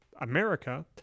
America